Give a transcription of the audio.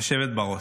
היושבת-ראש,